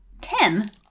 ten